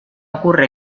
ocurre